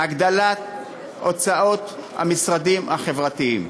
והגדלת הוצאות המשרדים החברתיים.